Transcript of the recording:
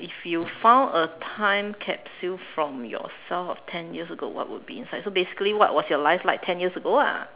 if you found a time capsule from yourself of ten years ago what would be inside so basically what was your life like ten years ago lah